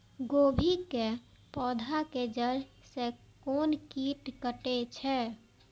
गोभी के पोधा के जड़ से कोन कीट कटे छे?